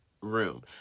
room